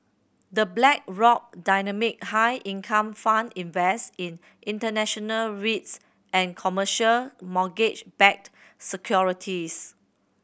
The Blackrock Dynamic High Income Fund invest in international REITs and commercial mortgage backed securities